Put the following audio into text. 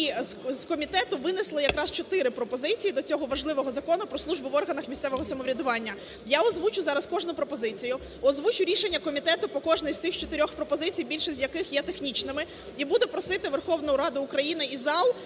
і з комітету винесли якраз чотири пропозиції до цього важливого Закону "Про службу в органах місцевого самоврядування". Я озвучу зараз кожну пропозицію, озвучу рішення комітету по кожній з цих чотирьох пропозицій, більшість з яких є технічними, і буду просити Верховну Раду України і зал